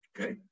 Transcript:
Okay